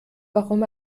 warum